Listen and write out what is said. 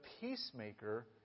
peacemaker